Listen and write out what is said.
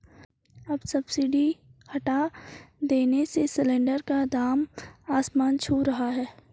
अब सब्सिडी हटा देने से सिलेंडर का दाम आसमान छू रहा है